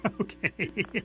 Okay